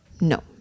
No